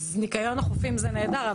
אז ניקיון החופים זה נהדר.